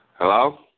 hello